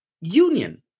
union